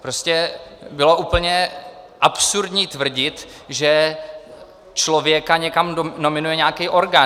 Prostě bylo úplně absurdní tvrdit, že člověka někam nominuje nějaký orgán.